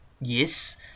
yes